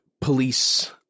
police